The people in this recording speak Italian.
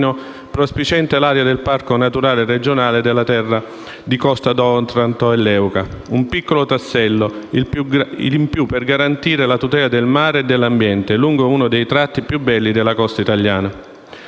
marino prospiciente all'area del parco naturale della terra di costa Otranto-Leuca, un piccolo ulteriore tassello per garantire la tutela del mare e dell'ambiente lungo uno dei tratti più belli della costa italiana.